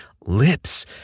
lips